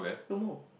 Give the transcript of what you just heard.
no more